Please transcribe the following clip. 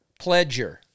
Pledger